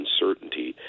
uncertainty